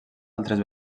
altres